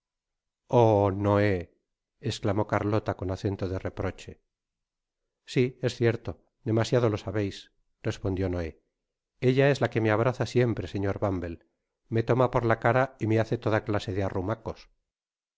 oh noé esclamó carlota con acento de reproche si es cierto demasiado lo sabeis respondió noé ella es la que me abraza siempre señor bumblé me toma por la cara y me hace toda clase de arrumacos